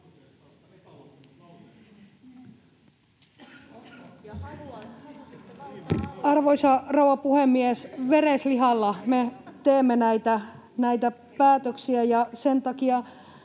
Arvoisa rouva puhemies! Vereslihalla me teemme näitä päätöksiä. Sen takia